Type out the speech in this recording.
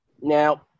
Now